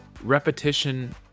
repetition